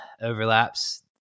overlaps